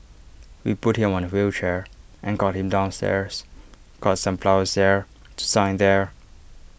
we put him on A wheelchair and got him downstairs got some flowers there to sign there